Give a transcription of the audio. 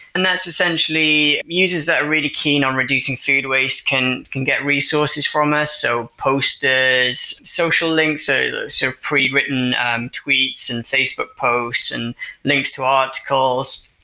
and that's essentially users that are really keen on reducing food waste, can can get resources from us, so posters, social links, or so pre-written um tweets and facebook posts and links to articles.